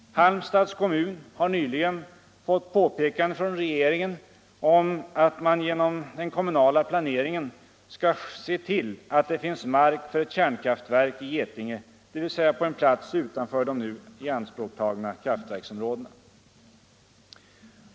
Halmstads kommun har nyligen fått påpekande från regeringen om att man genom den kommunala planeringen skall se till att det finns mark för ett kärnkraftverk i Getinge, dvs. på en plats utanför de nu ianspråktagna kraftverksområdena.